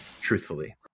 truthfully